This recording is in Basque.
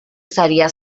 saria